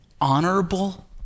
honorable